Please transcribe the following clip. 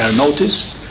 notice.